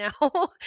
now